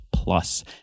Plus